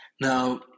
Now